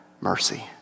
mercy